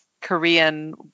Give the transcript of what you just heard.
Korean